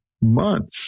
months